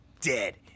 dead